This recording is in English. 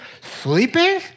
sleeping